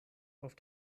auf